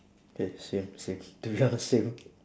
K same same to be honest same